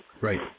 Right